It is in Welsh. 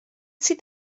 sydd